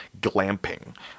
glamping